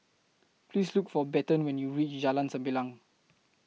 Please Look For Bethann when YOU REACH Jalan Sembilang